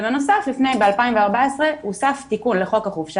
ובנוסף ב-2014 הוסף תיקון לחוק החופשה